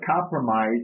compromise